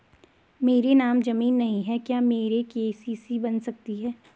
मेरे नाम ज़मीन नहीं है क्या मेरी के.सी.सी बन सकती है?